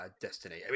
Destiny